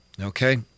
Okay